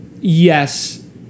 yes